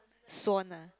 swan ah